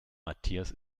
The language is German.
matthias